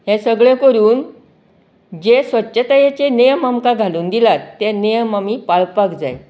हें सगलें कोरून जे स्वच्छतायेचे नेम आमकां घालून दिलात तें नेम आमी पाळपाक जाय